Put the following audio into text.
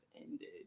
ended